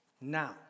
now